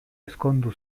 ezkondu